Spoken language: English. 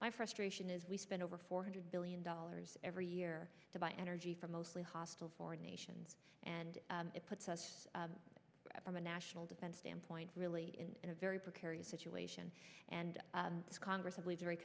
my frustration is we spend over four hundred billion dollars every year to buy energy from mostly hostile foreign nations and it puts us from a national defense standpoint really in a very precarious situation and congress